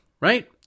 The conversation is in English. right